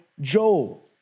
Joel